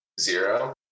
Zero